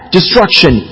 destruction